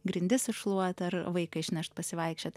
grindis iššluot ar vaiką išnešt pasivaikščiot